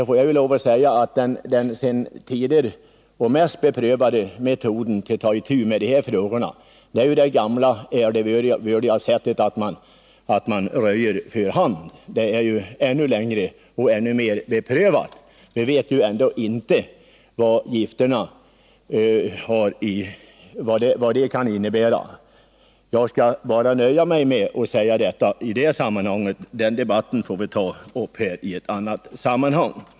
Jag får nog lov att säga att jag anser att den mest beprövade metoden är det gamla, ärevördiga sättet att röja för hand. Det har använts ännu längre och är ännu mer beprövat. Vi vet ju inte vad gifterna kan innebära. — Jag skall i detta sammanhang nöja mig med att säga detta; debatten om den kemiska bekämpningen får vi föra i ett annat sammanhang.